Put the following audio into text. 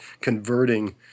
converting